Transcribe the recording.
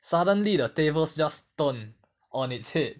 suddenly the tables just turn on its head